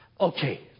Okay